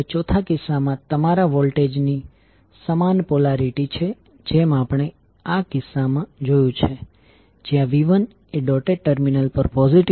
તેથી આ કિસ્સામાં આપણે વોલ્ટેજ લાગુ કર્યું છે જે 120° છે અને બીજી કોઇલમાં આપણે 12 ઓહ્મ રેઝિસ્ટન્સ લાગુ કર્યો છે